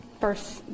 first